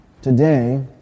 Today